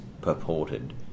purported